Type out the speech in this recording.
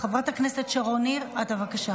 חברת הכנסת שרון ניר, אה, בבקשה,